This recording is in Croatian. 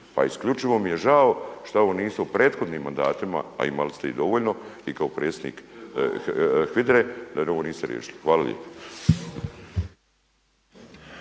Pa isključivo mi je žao što ovo niste u prethodnim mandatima, a imali ste ih dovoljno i kao predsjednik HVIDRA-e da ovo niste riješili. Hvala lijepo.